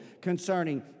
concerning